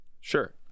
Sure